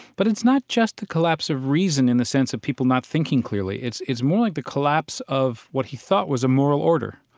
but it's not just the collapse of reason in the sense of people not thinking clearly, it's it's more like the collapse of what he thought was a moral order.